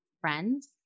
friends